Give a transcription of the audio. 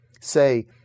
say